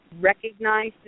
recognize